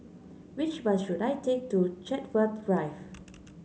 which bus should I take to Chartwell Drive